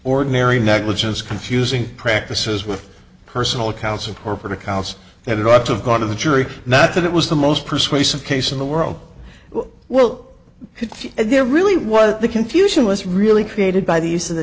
ordinary negligence confusing practices with personal accounts of corporate accounts that it ought to have gone to the jury not that it was the most persuasive case in the world will there really was the confusion was really created by the use of the